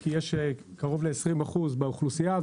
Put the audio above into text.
יש קרוב ל-20% באוכלוסייה,